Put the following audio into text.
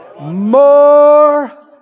more